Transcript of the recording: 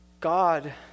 God